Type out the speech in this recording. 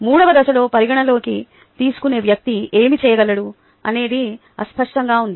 3 వ దశలో పరిగణనలోకి తీసుకునే వ్యక్తి ఏమి చేయగలడు అనేది అస్పష్టంగా ఉంది